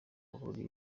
muri